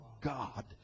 God